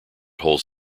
holds